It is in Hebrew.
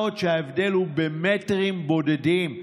ההבדל הוא במטרים בודדים,